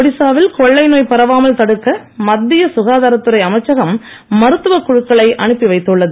ஒடிசாவில் கொள்ளை நோய் பரவாமல் தடுக்க மத்திய சுகாதாரத்துறை அமைச்சகம் மருத்துவ குழுக்களை அனுப்பி வைத்துள்ளது